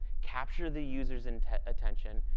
capture the user's and attention,